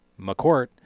mccourt